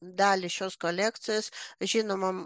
dalį šios kolekcijos žinomam